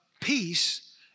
peace